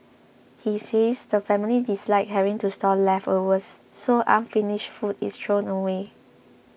he says the family dislike having to store leftovers so unfinished food is thrown away